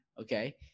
okay